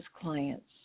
clients